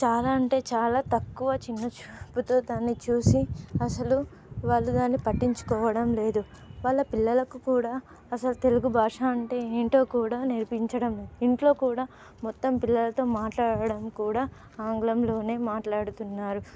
చాలా అంటే చాలా తక్కువ చిన్న చూపుతో దాన్ని చూసి అసలు వాళ్ళు దాన్ని పట్టించుకోవడం లేదు వాళ్ళ పిల్లలకు కూడా అసలు తెలుగు భాష అంటే ఏంటో కూడా నేర్పించడం ఇంట్లో కూడా మొత్తం పిల్లలతో మాట్లాడడం కూడా ఆంగ్లంలోనే మాట్లాడుతున్నారు